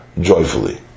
joyfully